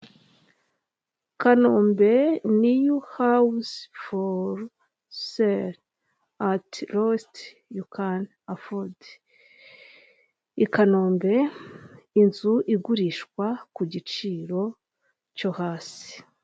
Turimo turabona ibikorwaremezo nk'umuhanda, ibiyaga, ibiti n'ubwo uwareba neza atitegereje yabona wagirango ngo byakundukiye mu mazi, ariko byatewe n'ifoto bafashe bigaragaza bisa nk'aho ibi biti n'amapironi byaguye mu nyanja cyangwa mu mazi. Ariko bari bagambiriye kutwereka ibikorwa remezo nk'imihanda, n'ibiti n'ibindi.